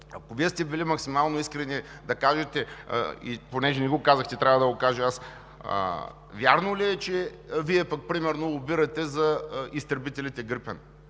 Ако Вие сте били максимално искрени, да кажете – понеже не го казахте, трябва да го кажа аз – вярно ли е, че Вие примерно лобирате за изтребителите „Грипен“?